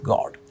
God